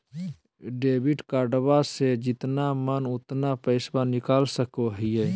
Debit कार्डबा से जितना मन उतना पेसबा निकाल सकी हय?